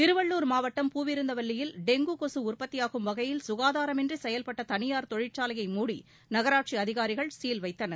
திருவள்ளூர் மாவட்டம் பூவிருந்தவல்லியில் டெங்கு கொசு உற்பத்தியாகும் வகையில் சுகாதாரமின்றி செயல்பட்ட தனியார் தொழிற்சாலையை மூடி நகராட்சி அதிகாரிகள் சீல் வைத்தனர்